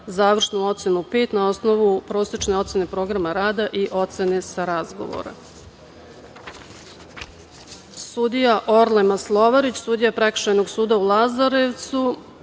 završnu ocenu pet na osnovu prosečne ocene programa rada i ocene sa razgovora. Sudija